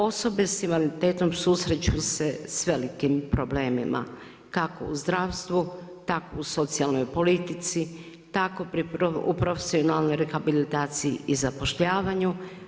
Osobe sa invaliditetom susreću se sa velikim problemima kako u zdravstvu tako u socijalnoj politici, tako u profesionalnoj rehabilitaciji i zapošljavanju.